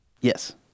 Yes